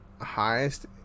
highest